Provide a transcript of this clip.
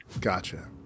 Gotcha